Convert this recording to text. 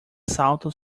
salta